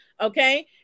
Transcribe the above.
Okay